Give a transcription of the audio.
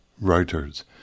writers